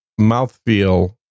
mouthfeel